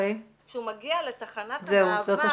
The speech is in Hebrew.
כשהוא מגיע לתחנת המעבר,